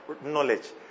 knowledge